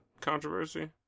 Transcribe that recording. controversy